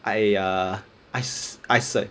I err I s~ I s~